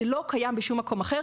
זה לא קיים בשום מקום אחר.